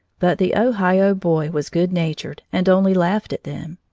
but the ohio boy was good-natured and only laughed at them.